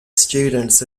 students